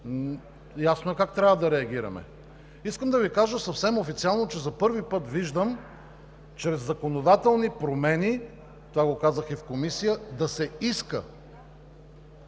Ясно е как трябва да реагираме. Искам да Ви кажа съвсем официално, че за първи път виждам чрез законодателни промени, казах го и в Комисията, да се иска